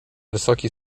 wysoki